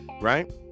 right